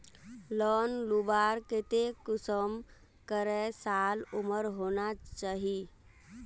Loan लुबार केते कुंसम करे साल उमर होना चही?